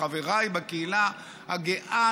לחבריי בקהילה הגאה.